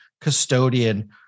custodian